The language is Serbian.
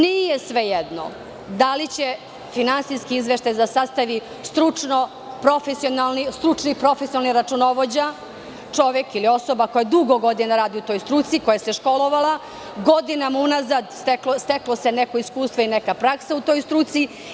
Nije svejedno da li će finansijski izveštaj da sastavi stručni profesionalni računovođa, čovek ili osoba koja dugo godina radi u toj struci, koja se školovala, godinama unazad steklo se neko iskustvo i neka praksa u toj struci.